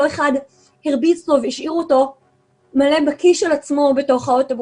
אותו אחד הרביץ לו והשאיר אותו מלא בקיא של עצמו בתוך האוטובוס.